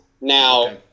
Now